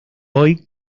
hoy